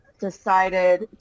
decided